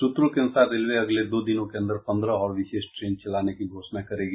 सूत्रों के अनुसार रेलवे अगले दो दिनों के अंदर पन्द्रह और विशेष ट्रेने चलाने की घोषणा करेगी